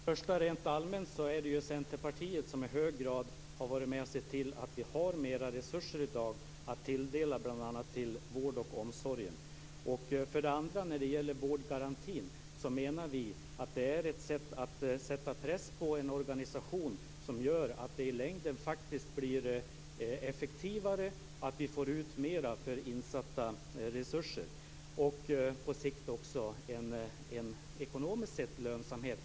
Fru talman! För det första vill jag rent allmänt säga att det i hög grad är Centerpartiet som har varit med och sett till att vi i dag har mera resurser att tilldela bl.a. vård och omsorg. För det andra vill jag säga att vårdgarantin är ett sätt att sätta press på en organisation, som gör att det i längden faktiskt blir effektivare och att vi får ut mera för insatta resurser.